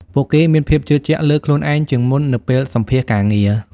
ពួកគេមានភាពជឿជាក់លើខ្លួនឯងជាងមុននៅពេលសម្ភាសន៍ការងារ។